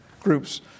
groups